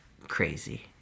crazy